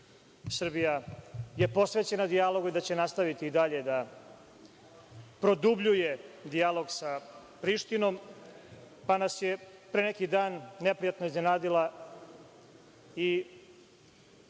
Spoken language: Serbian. Srbija posvećena dijalogu i da će nastaviti i dalje da produbljuje dijalog sa Prištinom, pa nas je pre neki dan neprijatno iznenadilo